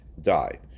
died